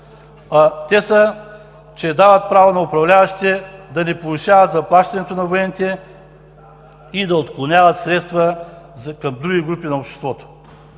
те са, че дават право на управляващите да не повишават заплащането на военните и да отклоняват средства към други групи на обществото.